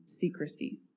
secrecy